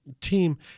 team